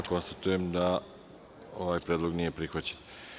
Konstatujem da ovaj predlog nije prihvaćen.